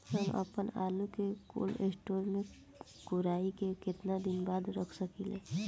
हम आपनआलू के कोल्ड स्टोरेज में कोराई के केतना दिन बाद रख साकिले?